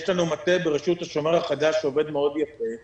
יש לנו מטה בראשות השומר החדש, שעובד יפה מאוד.